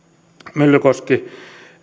myllykoski